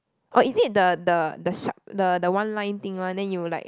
oh is it the the the sharp the the one line thing one then you like